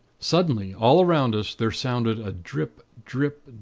suddenly, all around us, there sounded a drip, drip,